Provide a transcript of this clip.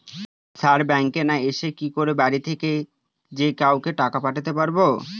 Sir ব্যাঙ্কে না এসে কি করে বাড়ি থেকেই যে কাউকে টাকা পাঠাতে পারবো?